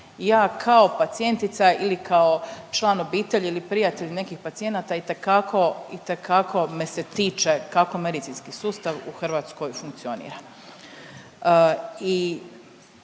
ja kao pacijentica ili kao član obitelji ili prijatelj nekih pacijenata itekako, itekako me se tiče kako medicinski sustav u Hrvatskoj funkcionira. I